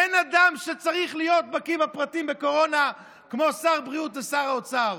אין אדם שצריך להיות בקיא בפרטים בקורונה כמו שר בריאות ושר אוצר.